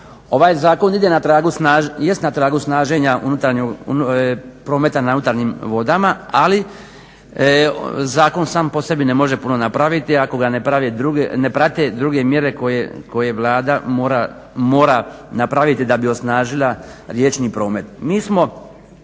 na tragu, jest na tragu snaženja prometa na unutarnjim vodama ali zakon sam po sebi ne može puno napraviti ako ga ne prate druge mjere koje Vlada mora napraviti da bi osnažila riječni promet.